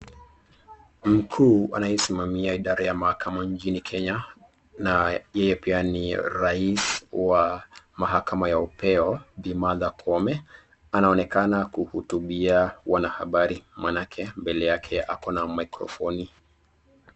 Mkuu anayesimamia idara ya mahakama nchini Kenya na yeye pia ni rais wa mahakama ya upeo, Bi Martha Koome, anaonekana kuhutubia wanahabari, maanake mbele yake ako na maikrofoni.